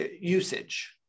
usage